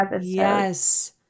Yes